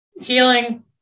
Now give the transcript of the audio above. healing